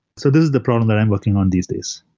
so this is the problem that i'm working on these days.